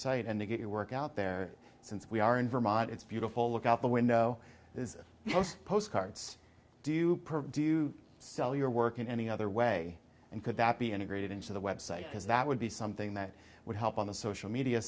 site and to get your work out there since we are in vermont it's beautiful look out the window is most postcards do you do so your work in any other way and could that be integrated into the website because that would be something that would help on the social media